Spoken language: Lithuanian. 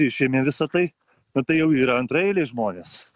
išėmė visa tai na tai jau yra antraeiliai žmonės